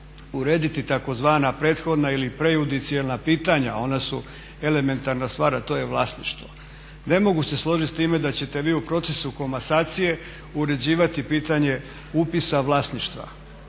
urediti tzv. prethodna ili prejudicijelna pitanja ona su elementarna stvar a to je vlasništvo. Ne mogu se složiti s time da ćete vi u procesu komasacije uređivati pitanje upisa vlasništva.